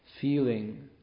feeling